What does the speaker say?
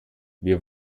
wir